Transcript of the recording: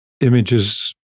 images